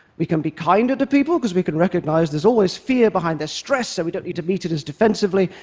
we can be kinder to people because we can recognize there's always fear behind their stress, so we don't need to meet it as defensively,